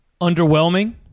underwhelming